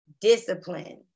discipline